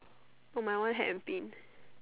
oh my one hat and pin